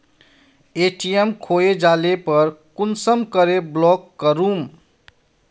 ATM खोये जाले पर कुंसम करे ब्लॉक करूम?